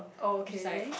okay